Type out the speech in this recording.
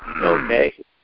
Okay